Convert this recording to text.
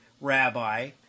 rabbi